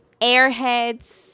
Airheads